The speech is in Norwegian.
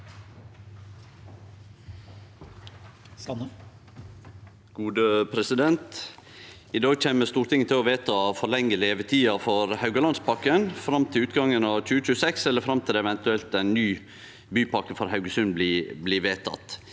komiteen): I dag kjem Stortinget til å vedta å forlengje levetida for Haugalandspakken fram til utgangen av 2026 eller fram til ein eventuell ny bypakke for Haugesund blir vedteken.